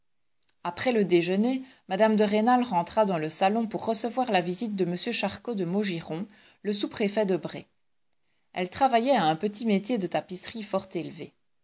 après le déjeuner mme de rênal rentra dans le salon pour recevoir la visite de m charcot de maugiron le sous-préfet de bray elle travaillait à un petit métier de tapisserie fort élevé